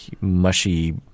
mushy